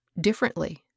Differently